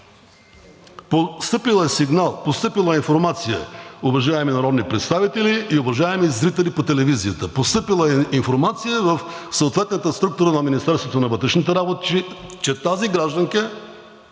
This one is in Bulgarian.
постъпил сигнал, постъпила е информация, уважаеми народни представители и уважаеми зрители по телевизията. Постъпила е информация в съответната структура на Министерството на вътрешните работи, че тази гражданка